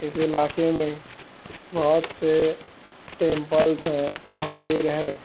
اس علاقے میں بہت سے ٹیمپلس ہیں مندر ہیں